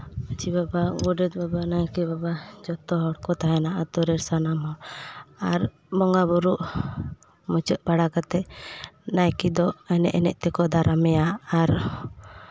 ᱢᱟᱺᱡᱷᱤ ᱵᱟᱵᱟ ᱜᱳᱰᱮᱛ ᱵᱟᱵᱟ ᱱᱟᱭᱠᱮ ᱵᱟᱵᱟ ᱡᱚᱛᱚ ᱦᱚᱲ ᱠᱚ ᱛᱟᱦᱮᱱᱟ ᱟᱛᱳ ᱨᱮ ᱥᱟᱱᱟᱢ ᱦᱚᱲ ᱟᱨ ᱵᱚᱸᱜᱟ ᱵᱳᱨᱳᱜ ᱢᱩᱪᱟᱹᱫ ᱵᱟᱲᱟ ᱠᱟᱛᱮ ᱱᱟᱭᱠᱮ ᱫᱚ ᱮᱱᱮᱡ ᱮᱱᱮᱡ ᱛᱮᱠᱚ ᱫᱟᱨᱟᱢᱮᱭᱟ ᱟᱨ